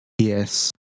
Yes